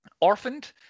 Orphaned